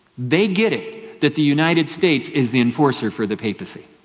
they get it, that the united states is the enforcer for the papacy.